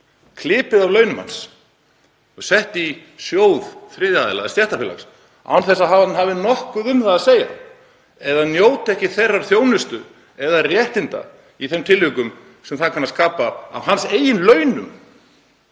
klipið af launum hans og sett í sjóð þriðja aðila eða stéttarfélags og án þess að hann hafi nokkuð um það að segja eða njóti þeirrar þjónustu eða réttinda í þeim tilvikum sem það kann að skapa, af hans eigin launum?